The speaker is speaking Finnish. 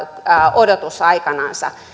odotusaikanansa